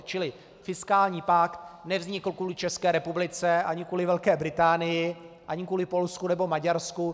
Čili fiskální pakt nevznikl kvůli České republice ani kvůli Velké Británii ani kvůli Polsku nebo Maďarsku.